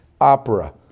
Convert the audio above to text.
opera